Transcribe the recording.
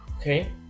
okay